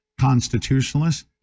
constitutionalists